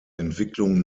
entwicklung